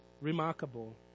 remarkable